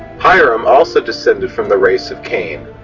hiram also descended from the race of cain,